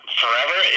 forever